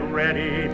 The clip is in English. ready